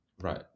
right